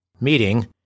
Meeting